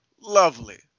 lovely